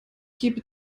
gebe